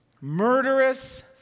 murderous